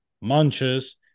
munches